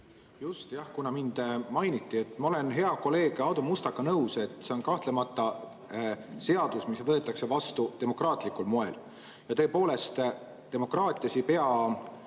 Just, jah, kuna mind mainiti. Ma olen hea kolleegi Aadu Mustaga nõus, et see on kahtlemata seadus, mis võetakse vastu demokraatlikul moel. Tõepoolest, demokraatias ei pea